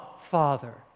Father